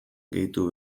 gehitu